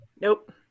Nope